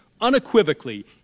unequivocally